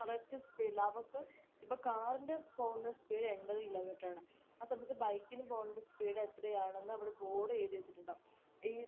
correct സ്പീഡിൽ അതൊക്കെ ഇപ്പോൾ കാറിൻ്റെ പോകുന്ന സ്പീഡ് എൺപത് കിലോ മീറ്ററാണ് ആ സമയത്ത് ബൈക്കിന് പോകേണ്ട സ്പീഡ് എത്രയാണെന്ന് അവിടെ ബോർഡ് എഴുതി വെച്ചിട്ടുണ്ടാകും ഈ